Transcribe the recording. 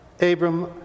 Abram